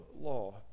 law